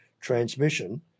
transmission